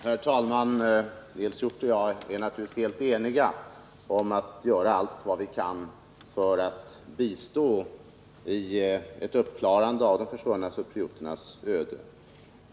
Herr talman! Nils Hjorth och jag är naturligtvis helt eniga om att göra allt vad vi kan för att bistå i fråga om ett uppklarande av de försvunna cyprioternas öde.